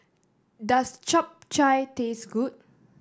does Chap Chai taste good